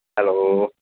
hello